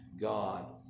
God